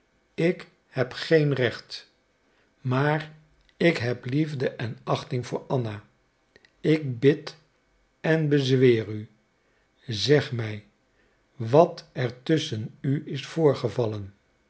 ik heb geen recht maar ik heb liefde en achting voor anna ik bid en bezweer u zeg mij wat er tusschen u is voorgevallen